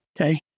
Okay